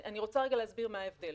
אני רוצה רגע להסביר את ההבדל.